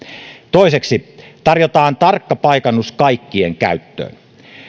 toiseksi tarjotaan tarkka paikannus kaikkien käyttöön